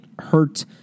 hurt